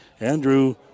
Andrew